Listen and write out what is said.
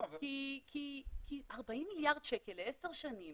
כי 40 מיליארד שקל בעשר שנים